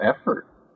effort